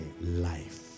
life